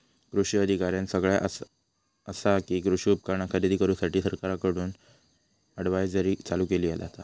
कृषी अधिकाऱ्यानं सगळ्यां आसा कि, कृषी उपकरणा खरेदी करूसाठी सरकारकडून अडव्हायजरी चालू केली जाता